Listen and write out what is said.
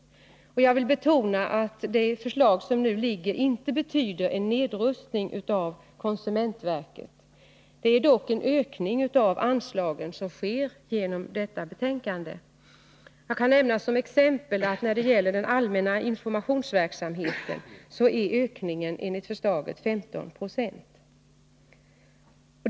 Men jag vill betona att det förslag som nu föreligger inte betyder en nedrustning av konsumentverket. Det är dock en ökning av anslagen som föreslås i detta betänkande. Jag kan som exempel nämna att den föreslagna ökningen när det gäller den allmänna informationsverksamheten är 15 96.